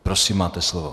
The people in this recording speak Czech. Prosím, máte slovo.